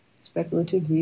Speculative